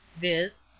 viz